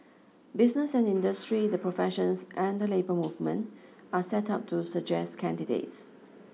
business and industry the professions and the labour movement are set up to suggest candidates